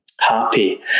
happy